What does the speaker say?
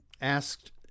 asked